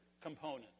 component